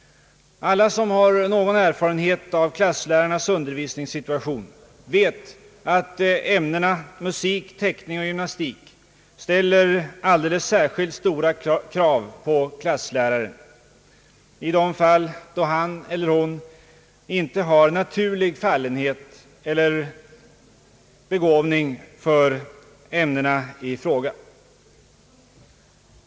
Alla som har någon erfarenhet av klasslärarnas undervisningssituation vet att ämnena musik, teckning och gymnastik ställer alldeles särskilt stora krav på klassläraren i de fall då hon eller han inte har naturlig fallenhet för ämnena i fråga.